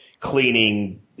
cleaning